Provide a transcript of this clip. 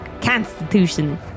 Constitution